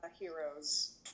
heroes